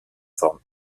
forme